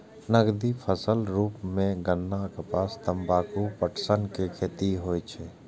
नकदी फसलक रूप मे गन्ना, कपास, तंबाकू, पटसन के खेती होइ छै